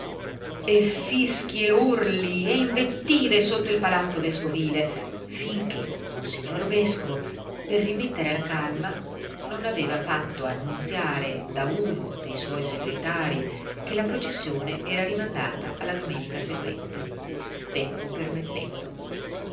e fischi e urli e invettive sotto il palazzo vescovile finché monsignor vescovo per rimettere la calma non aveva fatto annunziare da uno de suoi segretarii che la processione era rimandata alla domenica seguente tempo permettendo